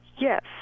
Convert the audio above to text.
Yes